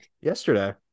yesterday